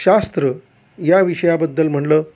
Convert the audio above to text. शास्त्र या विषयाबद्दल म्हणलं